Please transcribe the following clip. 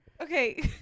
Okay